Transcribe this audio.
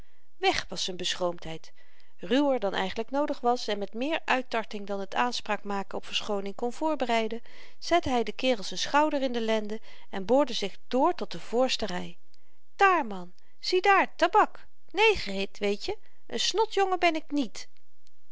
wèg was z'n beschroomdheid ruwer dan eigenlyk noodig was en met meer uittarting dan t aanspraak maken op verschooning kon voorbereiden zette hy den kerel z'n schouder in de lenden en boorde zich dr tot de voorste ry dààr man ziedaar tabak negerhit weetje n snotjongen ben ik niet